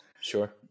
Sure